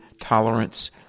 tolerance